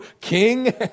king